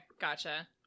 gotcha